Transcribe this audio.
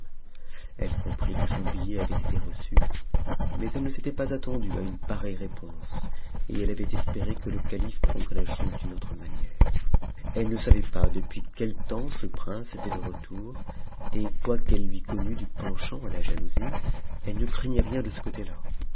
elle comprit que son billet avait été reçu mais elle ne s'était pas attendu a une pareille réponse et elle avait espéré que le calife prendrait la chose d'une autre manière elle ne savait pas depuis quel temps ce prince t de retour et quoiqu'elle lui connut du penchant à la jalousie elle ne craignait rien de ce côte là